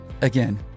Again